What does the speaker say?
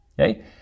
Okay